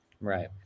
right